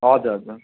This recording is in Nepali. हजुर हजुर